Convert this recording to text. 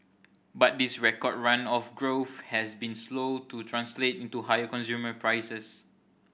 but this record run of growth has been slow to translate into higher consumer prices